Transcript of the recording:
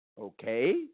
Okay